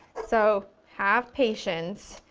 so have patience.